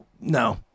no